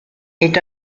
est